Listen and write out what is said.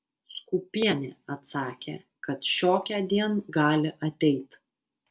skūpienė atsakė kad šiokiądien gali ateit